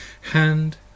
Hand